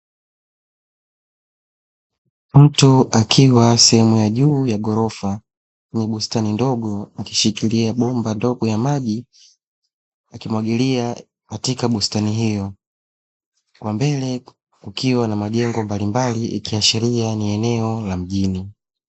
Mtu akiwa sehemu ya juu ya ghorofa lenye bustani ndogo, akishikilia bomba ndogo ya maji, akimwagilia katika bustani hiyo kwa mbele kukiwa na majengo mbalimbali ikiashiria ni eneo la mjini.